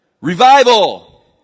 Revival